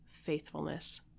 faithfulness